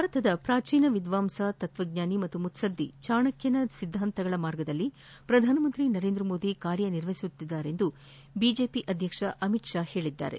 ಭಾರತದ ಪ್ರಾಚೀನ ವಿದ್ವಾಂಸ ತತ್ವಜ್ಞಾನಿ ಹಾಗೂ ಮುತ್ಲದ್ದಿ ಚಾಣಕ್ಯನ ಸಿದ್ವಾಂತಗಳ ಮಾರ್ಗದಲ್ಲಿ ಪ್ರಧಾನಮಂತ್ರಿ ನರೇಂದ್ರಮೋದಿ ಕಾರ್ಯನಿರ್ವಹಿಸುತ್ತಿದ್ದಾರೆಂದು ಬಿಜೆಪಿ ಅಧ್ಯಕ್ಷ ಅಮಿತ್ ಷಾ ಹೇಳಿದ್ದಾರೆ